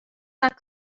not